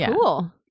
Cool